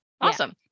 Awesome